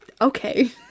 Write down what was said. Okay